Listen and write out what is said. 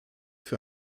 für